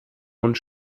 und